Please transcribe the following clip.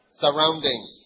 surroundings